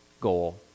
goal